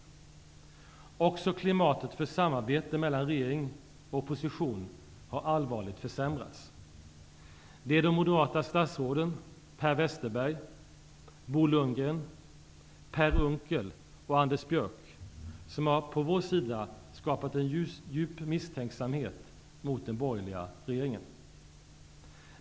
Också klimatet för samarbete mellan regeringen och oppositionen har allvarligt försämrats. Det är de moderata statsråden Per Westerberg, Bo Lundgren, Per Unckel och Anders Björck som har skapat en djup misstänksamhet mot den borgerliga regeringen.